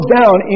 down